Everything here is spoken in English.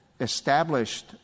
Established